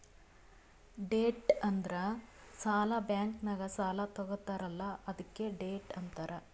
debt ಅಂದುರ್ ಸಾಲ, bank ನಾಗ್ ಸಾಲಾ ತಗೊತ್ತಾರ್ ಅಲ್ಲಾ ಅದ್ಕೆ ಡೆಟ್ ಅಂತಾರ್